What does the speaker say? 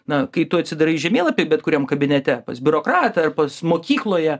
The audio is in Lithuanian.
na kai tu atsidarai žemėlapį bet kuriam kabinete pas biurokratąar pas mokykloje